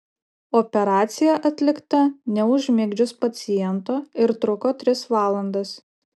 operacija atlikta neužmigdžius paciento ir truko tris valandas